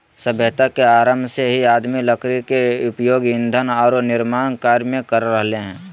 सभ्यता के आरंभ से ही आदमी लकड़ी के उपयोग ईंधन आरो निर्माण कार्य में कर रहले हें